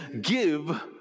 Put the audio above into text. give